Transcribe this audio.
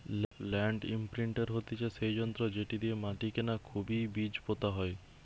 land ইমপ্রিন্টের হতিছে সেই যন্ত্র যেটি দিয়া মাটিকে না খুবই বীজ পোতা হয়